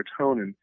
serotonin